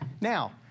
Now